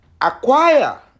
acquire